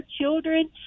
children